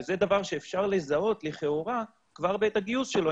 זה דבר שאפשר לזהות לכאורה כבר בעת הגיוס שלו,